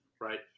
right